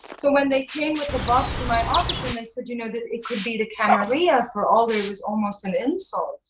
so when they came with the box in my office and they said you know that it could be the camarilla. for alder, it was almost an insult.